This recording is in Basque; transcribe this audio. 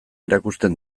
erakusten